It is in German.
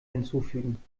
hinzufügen